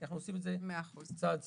כי אנחנו עושים את זה צעד צעד.